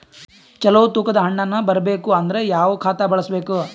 ಚಲೋ ತೂಕ ದ ಹಣ್ಣನ್ನು ಬರಬೇಕು ಅಂದರ ಯಾವ ಖಾತಾ ಬಳಸಬೇಕು?